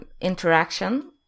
interaction